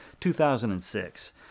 2006